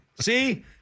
See